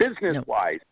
business-wise